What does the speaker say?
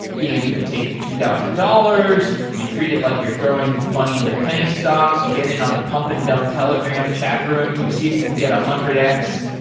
you know you could take two thousand dollars, you treat it like you're throwing money into penny stocks. you get in on the pump and dump telegram chat rooms. you see if you can get a one hundred x.